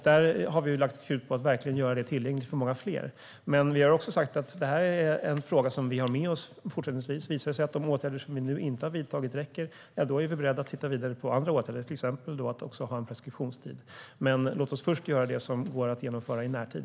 Där har vi lagt krut på att göra det tillgängligt för många fler, men vi har också sagt att det här är en fråga som vi har med oss fortsättningsvis. Visar det sig att de åtgärder som vi nu har vidtagit inte räcker är vi beredda att titta vidare på andra åtgärder, till exempel att ha en preskriptionstid. Men låt oss först göra det som går att genomföra i närtid.